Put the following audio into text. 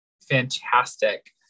fantastic